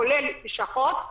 כולל לשכות,